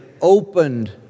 opened